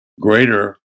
greater